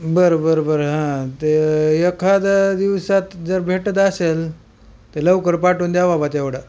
बरं बरं बरं हां ते एखादं दिवसात जर भेटत असेल तर लवकर पाठवून द्या बाबा त्या एवढा